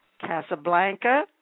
Casablanca